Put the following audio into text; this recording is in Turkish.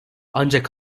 ancak